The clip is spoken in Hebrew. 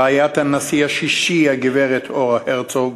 עלינו להשיג עכשיו,